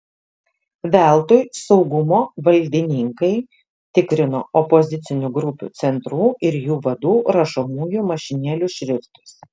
veltui saugumo valdininkai tikrino opozicinių grupių centrų ir jų vadų rašomųjų mašinėlių šriftus